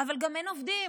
אבל גם אין עובדים.